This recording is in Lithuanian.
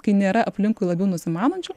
kai nėra aplinkui labiau nusimanančių